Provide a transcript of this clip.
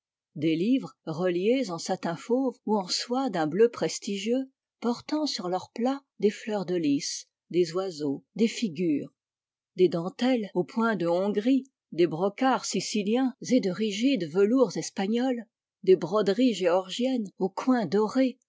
des livres reliés en satin fauve ou en soie d'un bleu prestigieux portant sur leurs plats des heurs de lis des oiseaux des figures des dentelles au point de hongrie des brocarts siciliens et de rigides velours espagnols des broderies géorgiennes aux coins dorés